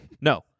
No